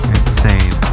insane